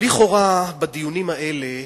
לכאורה בדיונים האלה,